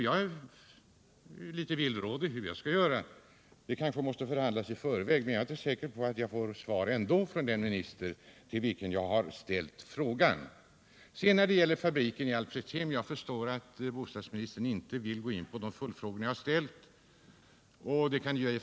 Jag är litet villrådig hur jag skall göra. Det kanske måste förhandlas i förväg, men jag är inte säker på att jag får svar ändå från den minister till vilken jag har ställt frågan. När det gäller fabriken i Alfredshem så förstår jag att bostadsministern inte vill gå in på de följdfrågor jag har ställt.